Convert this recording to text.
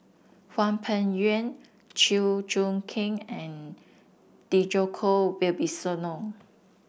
Hwang Peng Yuan Chew Choo Keng and Djoko Wibisono